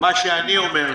שאני אומר,